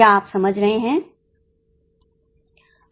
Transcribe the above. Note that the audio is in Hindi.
क्या आप समझ रहे हैं